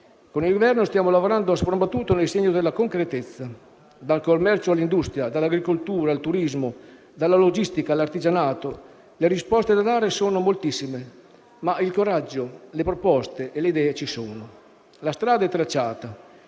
Con il Governo stiamo lavorando a spron battuto nel segno della concretezza: dal commercio all'industria, dall'agricoltura al turismo, dalla logistica all'artigianato. Le risposte da dare sono moltissime, ma il coraggio, le proposte e le idee ci sono. La strada è tracciata.